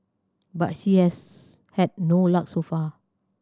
but she has had no luck so far